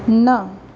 न